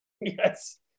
Yes